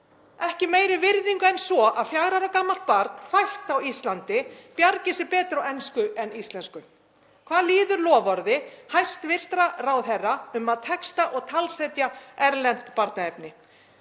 ekki meiri virðingu en svo að fjögurra ára gamalt barn fætt á Íslandi bjargi sér betur á ensku en íslensku? Hvað líður loforði hæstv. ráðherra um að texta og talsetja erlent barnaefni?